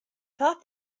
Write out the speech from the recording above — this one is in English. thought